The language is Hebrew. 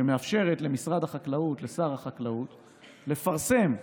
שמאפשרת למשרד החקלאות, לשר החקלאות לפרסם,